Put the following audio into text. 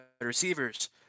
receivers